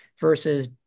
versus